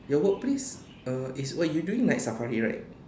your work place uh is what you doing night safari right